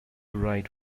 write